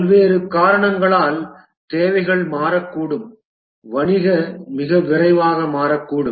பல்வேறு காரணங்களால் தேவைகள் மாறக்கூடும் வணிக மிக விரைவாக மாறக்கூடும்